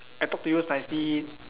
I talk to you nicely